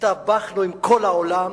הסתבכנו עם כל העולם,